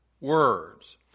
words